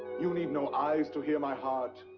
you need no eyes to hear my heart.